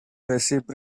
recipe